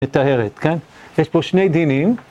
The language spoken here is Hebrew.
מתארת, כן? יש פה שני דינים.